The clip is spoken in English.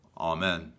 Amen